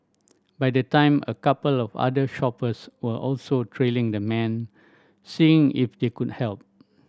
by the time a couple of other shoppers were also trailing the man seeing if they could help